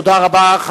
תודה רבה.